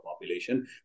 population